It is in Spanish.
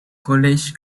college